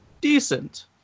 decent